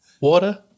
water